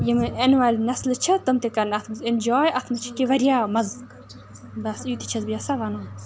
یِم یِنہٕ والہِ نَسلہٕ چھِ تِم تہِ کَرَن اَتھ منٛز اِنجاے اَتھ منٛز چھِ کینٛہہ واریاہ مَزٕ بَس یُتُے چھَس بہٕ یَژھان وَنُن